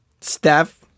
Steph